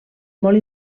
molt